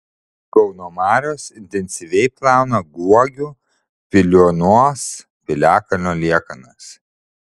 kauno marios intensyviai plauna guogių piliuonos piliakalnio liekanas